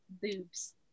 boobs